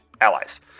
Allies